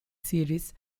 series